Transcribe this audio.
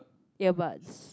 yeah but